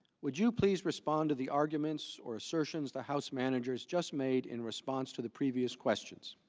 would you please respond to the arguments or assertions the house managers just made in response to the previous questions?